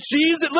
Jesus